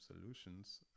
solutions